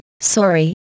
Sorry